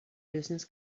business